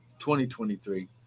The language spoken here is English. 2023